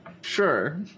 Sure